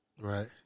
Right